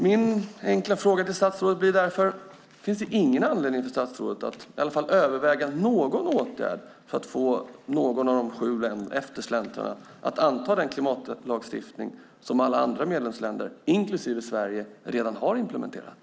Min enkla fråga till statsrådet blir därför: Finns det ingen anledning för statsrådet att i alla fall överväga någon åtgärd för att få någon av de sju eftersläntrarna att anta den klimatlagstiftning som alla andra medlemsländer, inklusive Sverige, redan har implementerat?